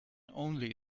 only